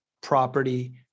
property